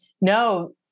No